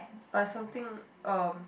but something um